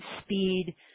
speed